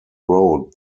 road